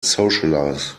socialize